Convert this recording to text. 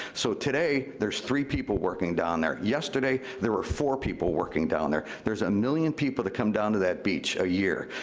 so today, there's three people working down there. yesterday, there were four people working down there. there's a million people that come down to that beach a year.